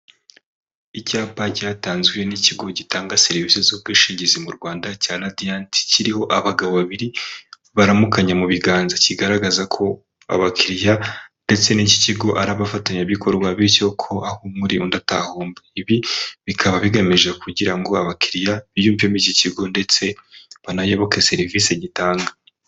Icyapa cyatanzwe n'ikigo gitanga serivisi z'ubwishingizi mu Rwanda cya Radiant kiriho abagabo babiri baramukanya mu biganza, kigaragaza ko abakiriya ndetse n'iki kigo ari abafatanyabikorwa bityo ko aho umwe ari undi atahomba, ibi bikaba bigamije kugira ngo abakiriya biyumvemo iki kigo ndetse banayoboke serivisi gitanga.